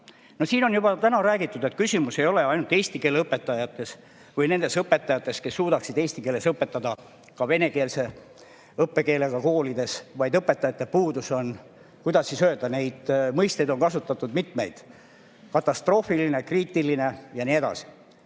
on täna juba räägitud, et küsimus ei ole ainult eesti keele õpetajates või nendes õpetajates, kes suudaksid eesti keeles õpetada ka venekeelse õppekeelega koolides, vaid õpetajate puudus on – kuidas öelda, neid mõisteid on kasutatud mitmeid – katastroofiline, kriitiline ja nii edasi.